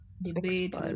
debate